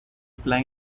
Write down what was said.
plan